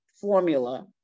formula